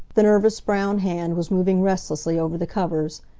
the nervous brown hand was moving restlessly over the covers.